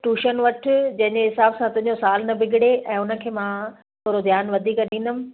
tuition वठि जंहिंजे हिसाब सां तंहिंजो सालु न बिगिड़े ऐं उनखे मां थोरो ध्यानु वधीक ॾींदमि